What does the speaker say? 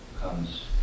comes